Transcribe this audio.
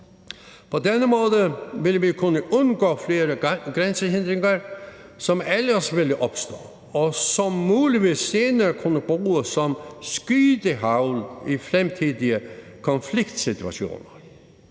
På denne måde ville vi kunne undgå flere grænsehindringer, som ellers ville opstå, og som muligvis senere ville kunne bruges som skydehagl i fremtidige konfliktsituationer.